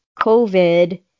COVID